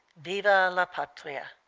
viva la patria!